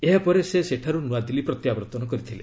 ଏହାପରେ ସେ ସେଠାରୁ ନୂଆଦିଲ୍ଲୀ ପ୍ରତ୍ୟାବର୍ତ୍ତନ କରିଥିଲେ